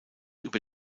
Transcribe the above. über